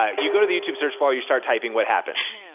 um you go to the youtube search bar, you start typing, what happens?